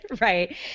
Right